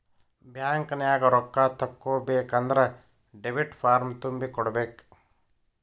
ಬ್ಯಾಂಕ್ನ್ಯಾಗ ರೊಕ್ಕಾ ತಕ್ಕೊಬೇಕನ್ದ್ರ ಡೆಬಿಟ್ ಫಾರ್ಮ್ ತುಂಬಿ ಕೊಡ್ಬೆಕ್